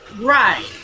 Right